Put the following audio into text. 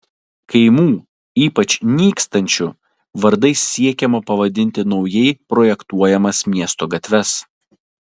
kaimų ypač nykstančių vardais siekiama pavadinti naujai projektuojamas miesto gatves